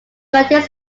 contains